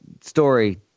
story